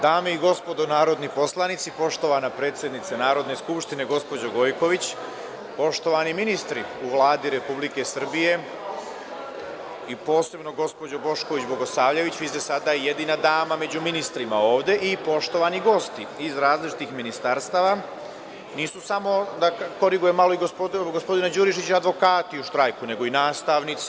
Dame i gospodo narodni poslanici, poštovana predsednice Narodne skupštine gospođo Gojković, poštovani ministri u Vladi Republike Srbije i posebno gospođo Bošković Bogosavljević, vi ste sada jedina dama među ministrima ovde, i poštovani gosti iz različitih ministarstava, da korigujem malo gospodina Đurišića, nisu samo advokati u štrajku, nego i nastavnici.